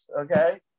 Okay